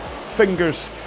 fingers